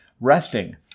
resting